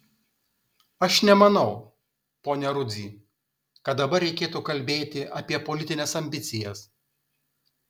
aš nemanau pone rudzy kad dabar reikėtų kalbėti apie politines ambicijas